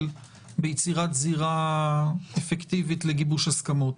ביצירת זירה אפקטיבית לגיבוש הסכמות